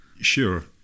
Sure